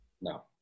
No